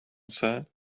said